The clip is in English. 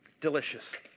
delicious